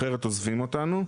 אחרת עוזבים אותנו,